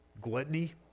Gluttony